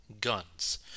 guns